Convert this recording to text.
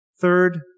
Third